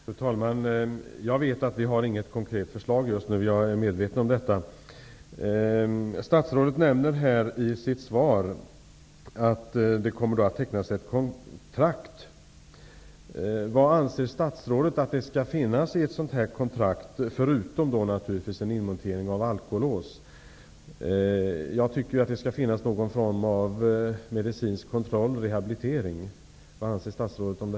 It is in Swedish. Fru talman! Jag är medveten om att det ännu inte finns något konkret förslag framlagt. Men statsrådet nämner i sitt svar att ett kontrakt kommer att tecknas. Vad anser statsrådet skall ingå i ett sådant här kontrakt, förutom villkoret om en inmontering av alkolås? Jag tycker att någon form av medicinsk kontroll, rehabilitering, bör finnas med. Vad anser statsrådet?